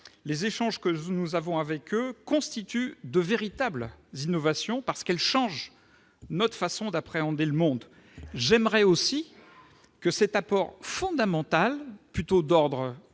les échanges que nous avons avec eux constituent de véritables innovations, parce qu'elles changent notre façon d'appréhender le monde. J'aimerais aussi que cet apport fondamental, plutôt d'ordre